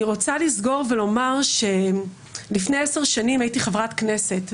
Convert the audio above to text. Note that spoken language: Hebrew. אני רוצה לסגור ולומר שלפני עשר שנים הייתי חברת כנסת,